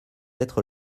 être